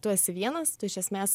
tu esi vienas tu iš esmės